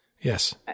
Yes